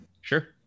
Sure